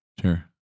Sure